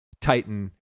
titan